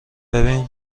ببین